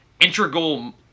integral